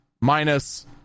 minus